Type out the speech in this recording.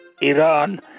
Iran